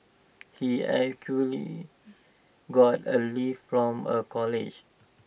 he got A lift from A colleague